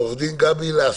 עורכת הדין גבי לסקי,